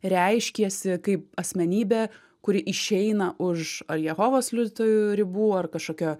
reiškiesi kaip asmenybė kuri išeina už ar jehovos liudytojų ribų ar kažkokio